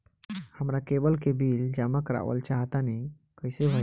हमरा केबल के बिल जमा करावल चहा तनि कइसे होई?